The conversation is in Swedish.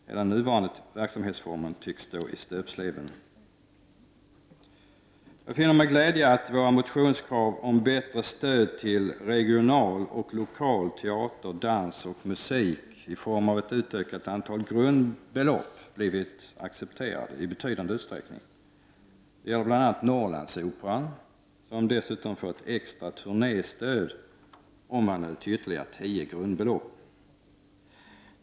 Hela den nuvarande verksamhetsformen tycks stå i stöpsleven. Jag finner med glädje att våra motionskrav om bättre stöd till regional och lokal teater, dans och musik i form av ett utökat antal grundbelopp blivit accepterade i betydande utsträckning. Det gäller bl.a. Norrlandsoperan, som dessutom får ett extra turnéstöd omvandlat till ytterligare tio grundbelopp.